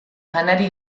janari